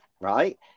Right